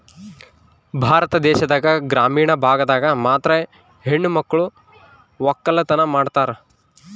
ಭಾರತ ದೇಶದಾಗ ಗ್ರಾಮೀಣ ಭಾಗದಾಗ ಮಾತ್ರ ಹೆಣಮಕ್ಳು ವಕ್ಕಲತನ ಮಾಡ್ತಾರ